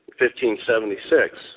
1576